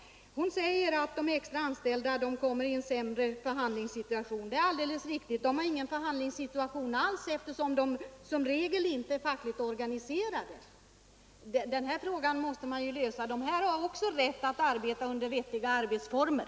Fru Sundberg säger att de extraanställda kommer i en sämre förhandlingssituation. Det är alldeles riktigt. De har ingen förhandlingssituation alls, eftersom de som regel inte är fackligt organiserade. Den frågan måste man lösa. Dessa människor har också rätt till vettiga arbetsformer.